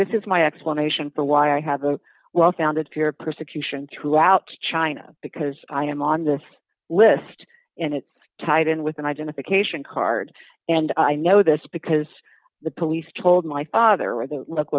this is my explanation for why i have a well founded fear of persecution throughout china because i am on this list and it's tied in with an identification card and i know this because the police told my father or the local